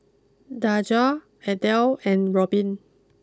Daja Adel and Robin